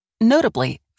Notably